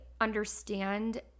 understand